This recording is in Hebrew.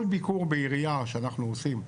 כל ביקור בעירייה שאנחנו עושים,